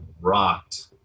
rocked